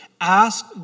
Ask